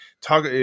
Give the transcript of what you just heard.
Talk